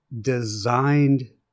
designed